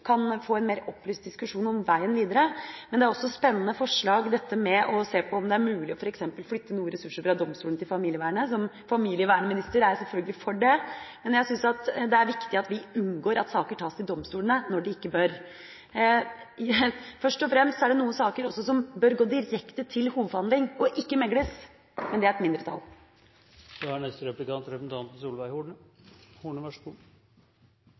kan få en mer opplyst diskusjon om veien videre. Men det er også et spennende forslag dette med å se på om det mulig f.eks. å flytte noen ressurser fra domstolen til familievernet. Som familievernminister, er jeg selvfølgelig for det. Jeg syns det er viktig at vi unngår at saker tas til domstolene når de ikke bør. Det er også noen saker som først og fremst bør gå direkte til hovedforhandling, og som ikke bør megles. Men det er et mindretall. Først en liten oppklaring: Fremskrittspartiet kutter ikke i familievernbudsjettet. Vi styrker Kirkens Sosialtjenestes familievernkontorer, som er